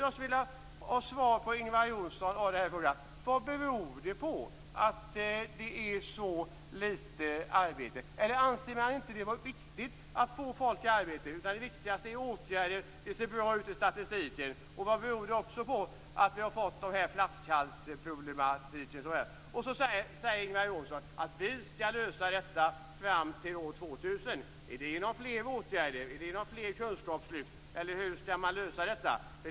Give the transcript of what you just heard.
Jag skulle vilja ha svar från Ingvar Johnsson på dessa frågor: Vad beror det på att det finns så få arbeten? Anser man det inte vara viktigt att få folk i arbete? Är åtgärderna det viktigaste? Det ser bra ut i statistiken. Vad beror det på att vi har fått flaskhalsproblem? Ingvar Johnsson säger att man skall lösa problemen fram till år 2000. Skall det ske genom fler åtgärder? Skall det ske genom fler kunskapslyft? Hur skall man lösa problemen?